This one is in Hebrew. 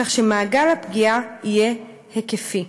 כך שמעגל הפגיעה יהיה היקפי".